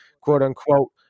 quote-unquote